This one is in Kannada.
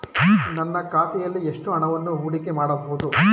ನನ್ನ ಖಾತೆಯಲ್ಲಿ ಎಷ್ಟು ಹಣವನ್ನು ಹೂಡಿಕೆ ಮಾಡಬಹುದು?